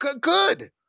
good